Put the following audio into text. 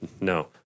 No